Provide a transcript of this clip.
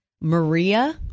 Maria